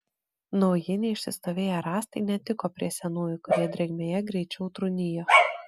nauji neišsistovėję rąstai netiko prie senųjų kurie drėgmėje greičiau trūnijo